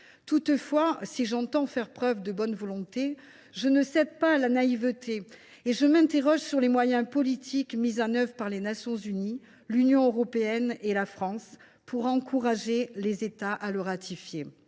Toutefois, si j’entends faire preuve de bonne volonté, je ne cède pas à la naïveté et je m’interroge sur les moyens politiques mis en œuvre par les Nations unies, l’Union européenne et la France pour encourager les États à ratifier